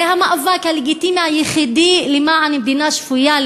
זה המאבק הלגיטימי היחידי למען מדינה שפויה,